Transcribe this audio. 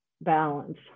balance